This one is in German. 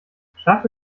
schaffe